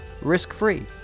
risk-free